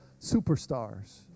superstars